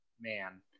man